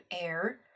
air